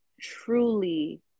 truly